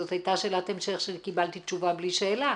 זאת הייתה שאלת המשך שקיבלתי תשובה בלי שאלה,